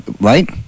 right